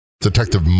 Detective